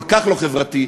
כל כך לא חברתי.